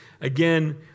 again